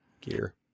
Gear